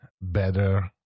better